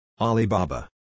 Alibaba